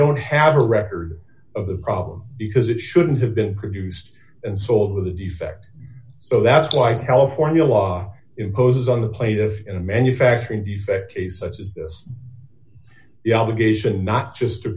don't have a record of the problem because it shouldn't have been produced and sold with a defect so that's like california law imposes on the plate of in a manufacturing defect cases the obligation not just